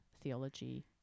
theology